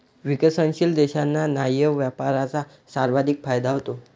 विकसनशील देशांना न्याय्य व्यापाराचा सर्वाधिक फायदा होतो